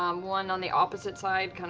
um one on the opposite side,